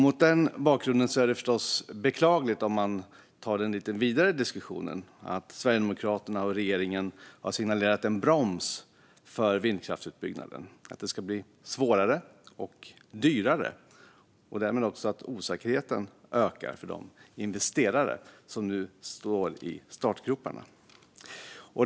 Mot den bakgrunden är det förstås beklagligt med den lite vidare diskussionen att Sverigedemokraterna och regeringen har signalerat en broms för vindkraftsutbyggnaden, det vill säga att det ska bli svårare och dyrare och därmed att osäkerheten ökar för de investerare som nu står i startgroparna.